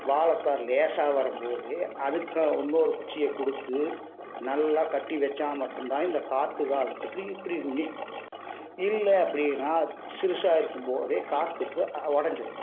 வாழத்தார் லேசாக வரும் போதே அதுக்கும் இன்னொரு குச்சியை கொடுத்து நல்லா கட்டி வச்சா மட்டும்தான் இந்த காற்று காலத்துக்கு இப்படி நிக் இல்லை அப்படின்னா அது சிறுசாக இருக்கும் போதே காற்றுக்கு உடஞ்சிடும்